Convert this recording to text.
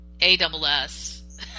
A-double-S